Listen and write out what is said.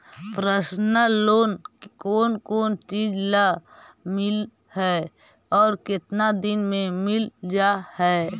Personal loan कोन कोन चिज ल मिल है और केतना दिन में मिल जा है?